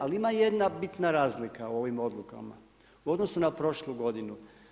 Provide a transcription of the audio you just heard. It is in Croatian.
Ali ima jedna bitna razlika u ovim odlukama u odnosu na prošlu godinu.